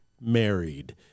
married